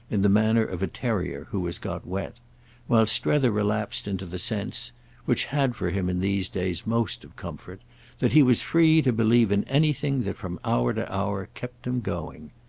in the manner of a terrier who has got wet while strether relapsed into the sense which had for him in these days most of comfort that he was free to believe in anything that from hour to hour kept him going.